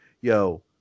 Yo